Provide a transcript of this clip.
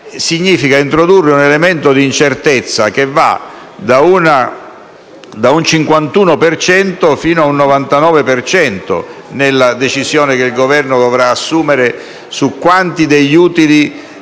significa introdurre un elemento di incertezza che va da un 51 per cento fino ad un 99 per cento nella decisione che il Governo dovrà assumere su quanti degli utili